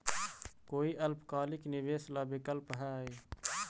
कोई अल्पकालिक निवेश ला विकल्प हई?